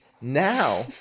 Now